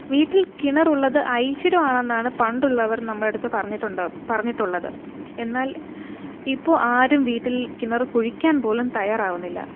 വീട്ടിൽ കിണറുള്ളത് ഐശ്വര്യം ആണെന്നാണ് പണ്ടുള്ളവർ നമ്മളെ അടുത്ത് പറഞ്ഞിട്ടുണ്ട് പറഞ്ഞിട്ടുള്ളത് എന്നാൽ ഇപ്പോൾ ആരും വീട്ടിൽ കിണർ കുഴിക്കാൻ പോലും തയ്യാറാവുന്നില്ല